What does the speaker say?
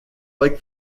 like